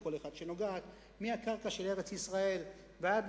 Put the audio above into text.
כל אחד שנוגעת החל בקרקע של ארץ-ישראל ועד